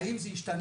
האם זה ישתנה,